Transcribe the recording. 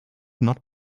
not